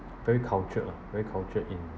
very cultured uh very cultured in